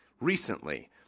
recently